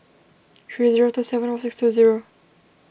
three zero two seven one six two zero